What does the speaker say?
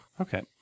Okay